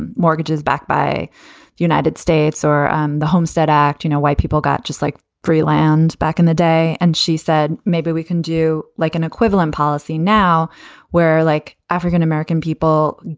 and mortgages backed by the united states or um the homestead act. you know, white people got just like free land back in the day. and she said maybe we can do like an equivalent policy now where, like, african-american people